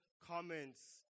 comments